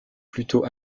plutôt